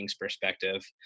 perspective